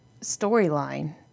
storyline